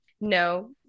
No